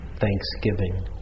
Thanksgiving